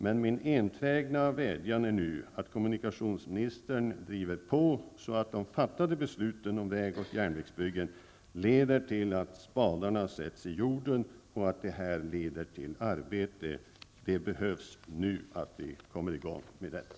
Men min enträgna vädjan är nu att kommunikationsministern driver på så att de fattade besluten om väg och järnvägsbyggen leder till att spadarna sätts i jorden och att det leder till arbete. Vi behöver nu komma i gång med detta.